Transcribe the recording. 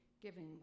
giving